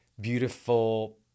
beautiful